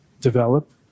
develop